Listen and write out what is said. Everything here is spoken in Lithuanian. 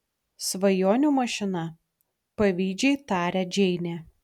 svajonių mašina pavydžiai taria džeinė